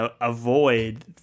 avoid